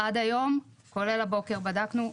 עד היום כולל הבוקר בדקנו,